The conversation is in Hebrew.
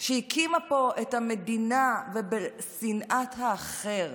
שהקימה פה את המדינה ואיפה שנאת האחר?